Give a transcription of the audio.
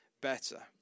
better